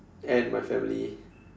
and my family